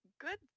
good